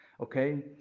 Okay